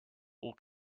all